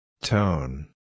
Tone